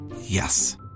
yes